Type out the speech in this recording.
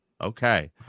Okay